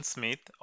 Smith